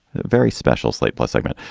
very special slate plus segment.